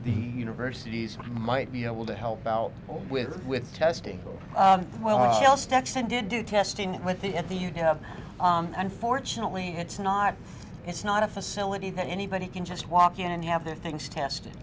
the universities might be able to help out with with testing well stocks i did do testing with the at the you know unfortunately it's not it's not a facility that anybody can just walk in and have their things tested